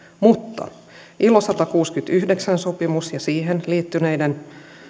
mutta ilo satakuusikymmentäyhdeksän sopimus ja siihen liittyneiden